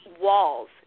walls